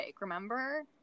remember